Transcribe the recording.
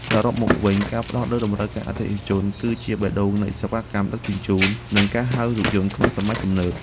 សរុបមកវិញ ការផ្ដោតលើតម្រូវការអតិថិជន គឺជាបេះដូងនៃសេវាកម្មដឹកជញ្ជូន និងការហៅរថយន្តក្នុងសម័យទំនើប។